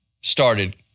started